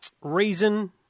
reason